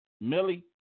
Millie